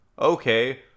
okay